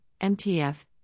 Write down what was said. MTF